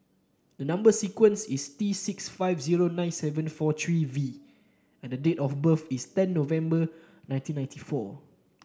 the number sequence is T six five zero nine seven four three V and the date of birth is ten November nineteen ninety four